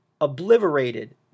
obliterated